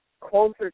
closer